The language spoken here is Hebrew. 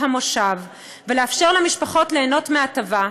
המושב ולאפשר למשפחות ליהנות מההטבה,